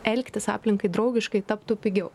elgtis aplinkai draugiškai taptų pigiau